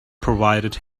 provided